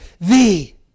Thee